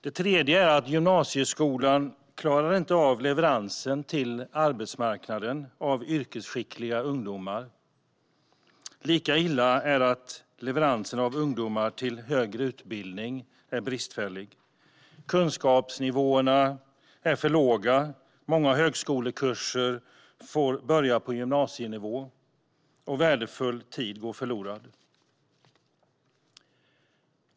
Det tredje är att gymnasieskolan inte klarar av leveransen av yrkesskickliga ungdomar till arbetsmarknaden. Lika illa är det att leveransen av ungdomar till högre utbildning är bristfällig. Kunskapsnivåerna är för låga, många högskolekurser får börja på gymnasienivå och värdefull tid går förlorad.